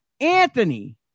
Anthony